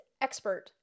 expert